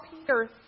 Peter